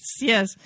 yes